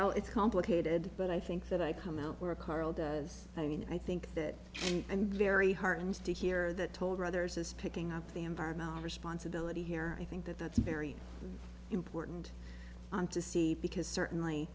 now it's complicated but i think that i come out with a carl does i mean i think that and very heartened to hear that told others is picking up the environmental responsibility here i think that that's very important on to see because certainly